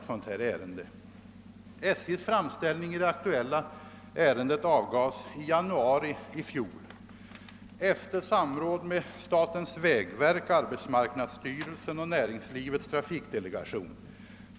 SJ:s framställning i det aktuella ärendet avgavs i januari i fjol efter samråd med statens vägverk, arbetsmarknads styrelsen och Näringslivets trafikdelegation.